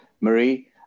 Marie